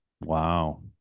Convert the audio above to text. Wow